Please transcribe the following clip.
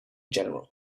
general